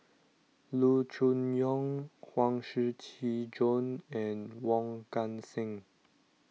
Loo Choon Yong Huang Shiqi Joan and Wong Kan Seng